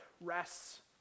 rests